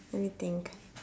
let me think